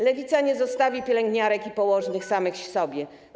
Lewica nie zostawi pielęgniarek i położnych samym sobie.